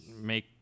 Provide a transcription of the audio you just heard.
make